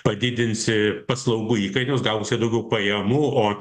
padidinsi paslaugų įkainius gausi daugiau pajamų o